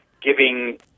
giving